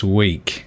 week